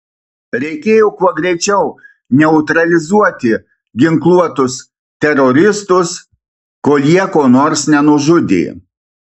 reikėjo kuo greičiau neutralizuoti ginkluotus teroristus kol jie ko nors nenužudė